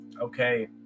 okay